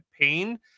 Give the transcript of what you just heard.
pain